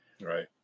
Right